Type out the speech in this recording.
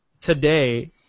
today